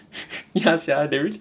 ya sia they really